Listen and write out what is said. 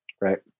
Right